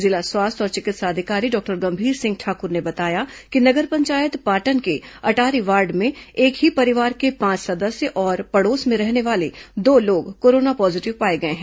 जिला स्वास्थ्य और चिकित्सा अधिकारी डॉक्टर गंभीर सिंह ठाक्र ने बताया कि नगर पंचायत पाटन के अटारी वार्ड में एक ही परिवार के पांच सदस्य और पड़ोस में रहने वाले दो लोग कोरोना पॉजीटिव पाए गए हैं